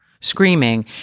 screaming